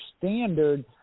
standard